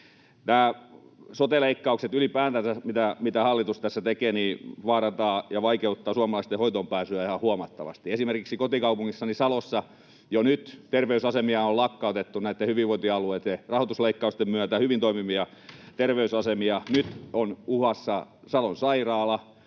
sote-leikkaukset ylipäätänsä, mitä hallitus tässä tekee, vaarantavat ja vaikeuttavat suomalaisten hoitoonpääsyä ihan huomattavasti. Esimerkiksi kotikaupungissani Salossa jo nyt terveysasemia on lakkautettu näitten hyvinvointialueitten rahoitusleikkausten myötä, hyvin toimivia terveysasemia. Nyt on uhassa Salon sairaala